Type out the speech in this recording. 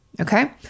okay